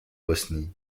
bosnie